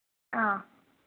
ꯑꯥ